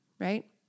right